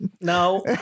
no